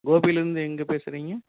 கோபியில் இருந்து எங்க பேசுறீங்க